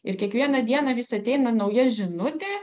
ir kiekvieną dieną vis ateina nauja žinutė